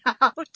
out